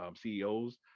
CEOs